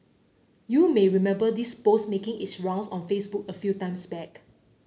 you may remember this post making its rounds on Facebook a few months back